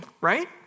right